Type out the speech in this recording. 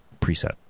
preset